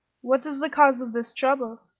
what is the cause of this trouble?